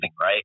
right